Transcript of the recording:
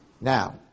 Now